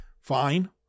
Fine